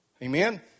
Amen